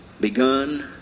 begun